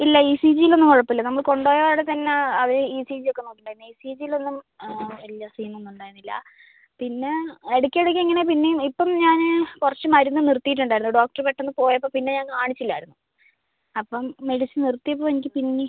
ഇല്ല E C G യിലൊന്നും കുഴപ്പമില്ല നമ്മൾ കൊണ്ടുപോയ അവിടെ തന്നെ അവർ ഇ സി ജി ഒക്കെ നോക്കിയിട്ടുണ്ടായിരുന്നു ഇ സി ജി യിലൊന്നും ഇല്ല സീനൊന്നും ഉണ്ടായിരുന്നില്ല പിന്നെ ഇടയ്ക്ക് ഇടയ്ക്ക് ഇങ്ങനെ പിന്നേയും ഇപ്പം ഞാൻ കുറച്ച് മരുന്ന് നിർത്തിയിട്ടുണ്ടായിന്നു ഡോക്ടർ പെട്ടെന്ന് പോയപ്പം പിന്നെ ഞാൻ കാണിച്ചില്ലായിരുന്നു അപ്പം മെഡിസിൻ നിർത്തിയപ്പോൾ എനിക്ക് പിന്നെ